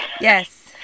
yes